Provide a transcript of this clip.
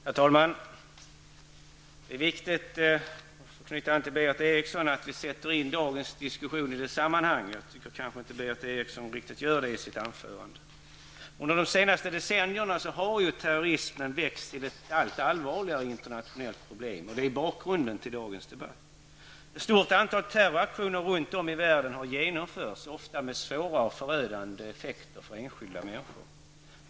Herr talman! För att knyta an till vad Berith Eriksson sade vill jag säga att det är viktigt att vi sätter in dagens diskussion i dess sammanhang. Jag tycker inte att Berith Eriksson i sitt anförande riktigt gjorde det. Under de senaste decennierna har terrorismen vuxit till ett allt allvarligare internationellt problem, och detta är bakgrunden till dagens debatt. Ett stort antal terroraktioner har genomförts runt om i världen, ofta med svåra och förödande effekter för enskilda människor som följd.